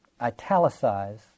italicize